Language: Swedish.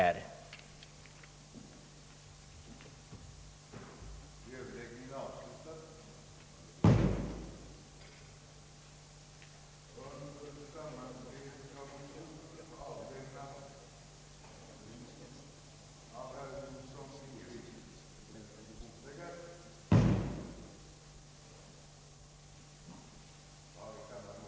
cerats och när kan den väntas komma?»; samt